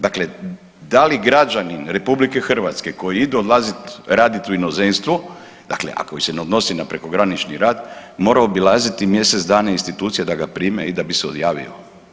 Dakle, da li građanin RH koji ide odlazit radit u inozemstvo dakle a koji se ne odnosi na prekogranični rad mora obilaziti mjesec dana institucije da ga prime i da bi se odjavio.